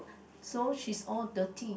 so she's all dirty